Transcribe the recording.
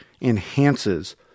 enhances